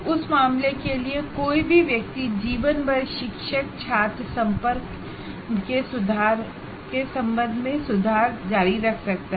उस मामले के लिए कोई भी व्यक्ति जीवन भर टीचर स्टुडेंट इंटरेक्शन में सुधार जारी रख सकता है